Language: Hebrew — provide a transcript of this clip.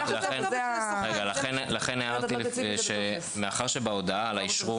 --- לכן הערתי שמאחר שבהודעה על האישרור